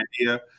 idea